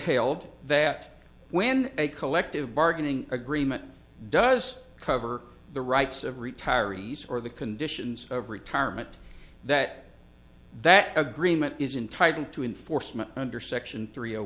paled that when a collective bargaining agreement does cover the rights of retirees or the conditions of retirement that that agreement isn't tied into enforcement under section thr